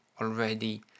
already